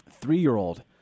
three-year-old